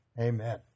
amen